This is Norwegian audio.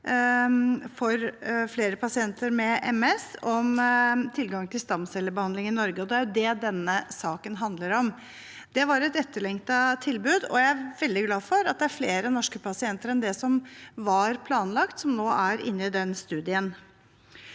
for at flere pasienter med MS skulle få tilgang til stamcellebehandling i Norge, og det er det denne saken handler om. Det var et etterlengtet tilbud, og jeg er veldig glad for at flere norske pasienter enn det som var planlagt, nå er inne i den studien.